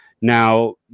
Now